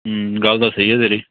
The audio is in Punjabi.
ਹਮ ਗੱਲ ਤਾਂ ਸਹੀ ਏ ਤੇਰੀ